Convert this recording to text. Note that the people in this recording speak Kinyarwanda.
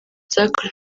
zakorewe